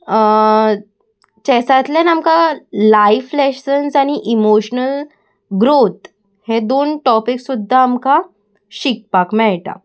चॅसांतल्यान आमकां life lessons आनी emotional growth हे दोन टॉपीक सुद्दां आमकां शिकपाक मेळटा